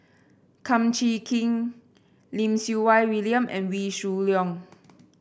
Kum Chee Kin Lim Siew Wai William and Wee Shoo Leong